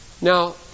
Now